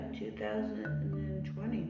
2020